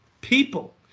people